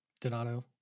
Donato